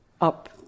up